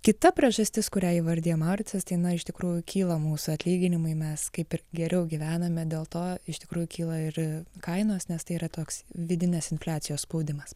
kita priežastis kurią įvardija mauricas tai na iš tikrųjų kyla mūsų atlyginimai mes kaip ir geriau gyvename dėl to iš tikrųjų kyla ir kainos nes tai yra toks vidinės infliacijos spaudimas